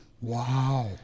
wow